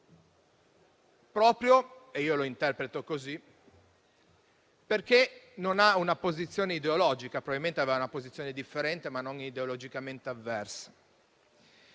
proprio - io lo interpreto così - perché non ha una posizione ideologica. Probabilmente aveva una posizione differente ma non ideologicamente avversa.